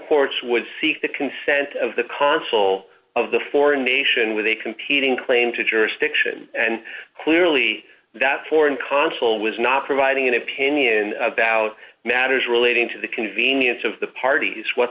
courts would seek the consent of the consul of the foreign nation with a competing claims which are stiction and clearly that foreign consul was not providing an opinion about matters relating to the convenience of the parties what